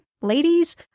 ladies